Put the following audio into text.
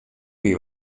wie